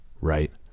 right